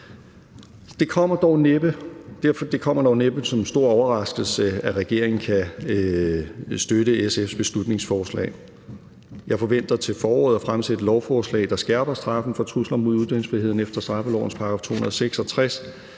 Det kommer derfor næppe som en stor overraskelse, at regeringen kan støtte SF's beslutningsforslag. Jeg forventer til foråret at fremsætte et lovforslag, der skærper straffen for trusler mod ytringsfriheden efter straffelovens § 266